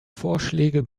vorschläge